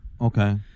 Okay